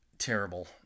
terrible